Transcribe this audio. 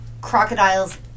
crocodiles